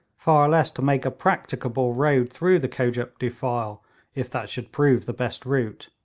far less to make a practicable road through the kojuk defile if that should prove the best route.